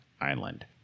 Island